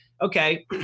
okay